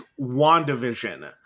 WandaVision